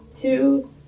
Two